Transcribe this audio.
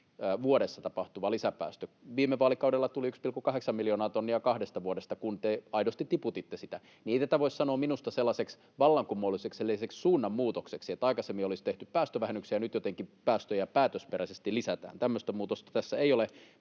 vuodessa tapahtuva lisäpäästö — viime vaalikaudella tuli 1,8 miljoonaa tonnia kahdesta vuodesta, kun te aidosti tiputitte sitä — niin ei tätä voi sanoa minusta sellaiseksi vallankumoukselliseksi suunnanmuutokseksi, että aikaisemmin olisi tehty päästövähennyksiä ja nyt jotenkin päästöjä päätösperäisesti lisätään. Tämmöistä muutosta tässä ei ole.